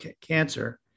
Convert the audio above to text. cancer